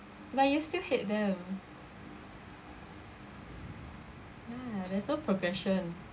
but you still hate them ya there's no progression